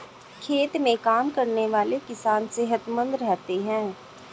खेत में काम करने वाले किसान सेहतमंद रहते हैं